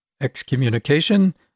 excommunication